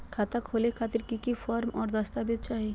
खाता खोले खातिर की की फॉर्म और दस्तावेज चाही?